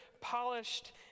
polished